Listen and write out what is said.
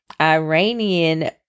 Iranian